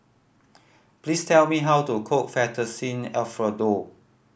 please tell me how to cook Fettuccine Alfredo